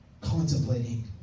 contemplating